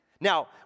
Now